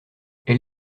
elle